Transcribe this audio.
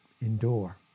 Endure